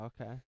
Okay